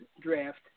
draft